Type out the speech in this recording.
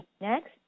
next